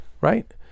right